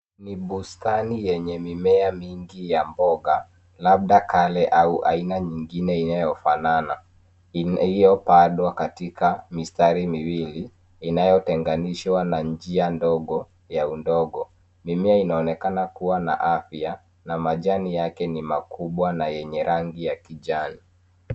Bustani yenye mimea mingi ya mboga labda kale au aina nyingine inayofanana iliyopandwa katika mistari miwili inayotenganishwa na njia ndogo ya udongo. Mimea inaonekana kuwa na afya na majani yake ni makubwa na yenye rangi ya kijani.